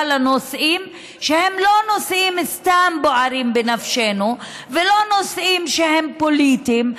לנושאים שהם לא סתם נושאים שבוערים בנפשנו ולא נושאים שהם פוליטיים,